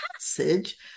passage